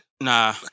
Nah